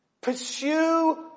Pursue